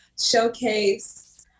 showcase